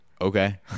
Okay